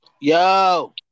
Yo